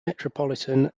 metropolitan